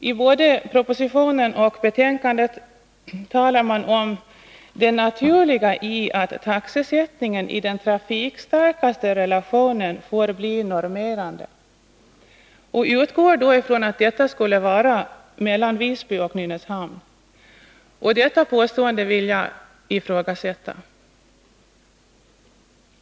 I både propositionen och betänkandet talar man om det naturliga i att taxesättningen i den trafikstarkaste relationen får bli normerande. Man utgår då från att detta skulle vara mellan Visby och Nynäshamn. Detta påstående vill jag ifrågasätta.